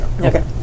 Okay